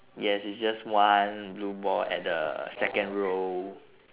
yes it's just one blue ball at the second row